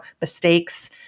mistakes